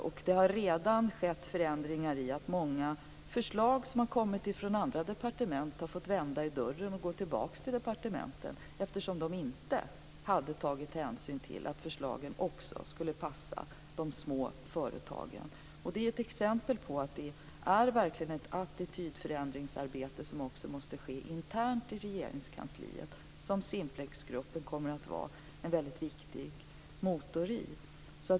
Och det har redan skett förändringar så att många förslag som har kommit från andra departement har fått vända i dörren och gå tillbaka, eftersom man i de förslagen inte hade tagit hänsyn till att de också skulle passa de små företagen. Det är verkligen ett exempel på att det sker ett attitydförändringsarbete, som också måste ske internt i Regeringskansliet. Där kommer Simplexgruppen att vara en mycket viktig motor.